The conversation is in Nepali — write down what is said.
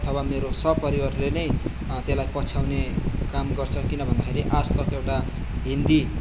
अथवा मेरो सपरिवारले नै त्यसलाई पछ्याउने काम गर्छ किन भन्दाखेरि आजतक एउटा हिन्दी